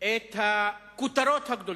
דווקא את הכותרות הגדולות,